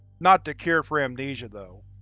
not the cure for amnesia though.